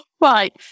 Right